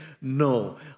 No